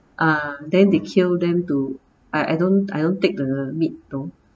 ah then they kill them to I I don't I don't take the meat though